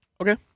Okay